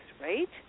right